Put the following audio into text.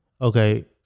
okay